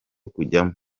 kujyamo